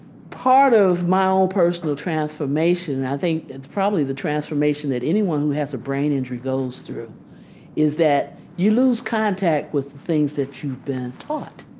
part of my own personal transformation i think it's probably the transformation that anyone who has a brain injury goes through is that you lose contact with the things that you've been taught